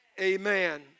amen